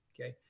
Okay